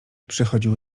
przychodził